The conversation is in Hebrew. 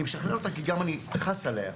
אני משחרר אותה כי גם אני חס עליה.